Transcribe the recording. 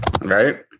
Right